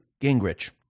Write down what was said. Gingrich